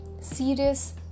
serious